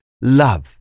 love